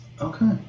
okay